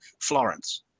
Florence